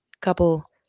couple